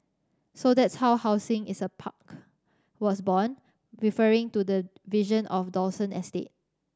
so that's how housing is a park was born referring to the vision of Dawson estate